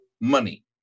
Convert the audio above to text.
money